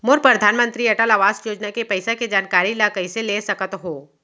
मोर परधानमंतरी अटल आवास योजना के पइसा के जानकारी ल कइसे ले सकत हो?